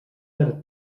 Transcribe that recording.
verd